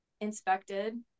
inspected